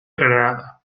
granada